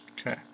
Okay